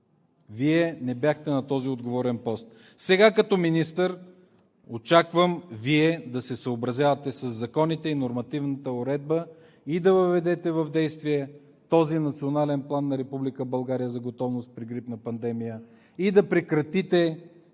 Вие не бяхте на този отговорен пост. Сега като министър очаквам Вие да се съобразявате със законите и нормативната уредба и да въведете в действие този Национален план на Република България за готовност при грипна пандемия. С действията